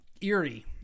eerie